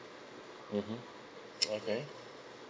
mmhmm okay